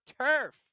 turf